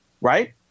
Right